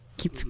Keep